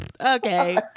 okay